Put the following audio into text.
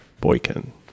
Boykin